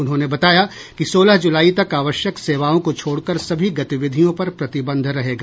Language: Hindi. उन्होंने बताया कि सोलह जुलाई तक आवश्यक सेवाओं को छोड़कर सभी गतिविधियों पर प्रतिबंध रहेगा